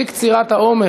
בקצירת האומר.